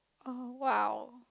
oh !wow!